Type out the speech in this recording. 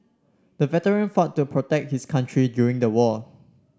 the veteran fought to protect his country during the war